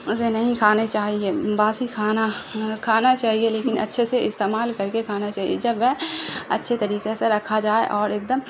اسے نہیں کھانے چاہیے باسی کھانا کھانا چاہیے لیکن اچھے سے استعمال کر کے کھانا چاہیے جب وہ اچھے طریقے سے رکھا جائے اور ایک دم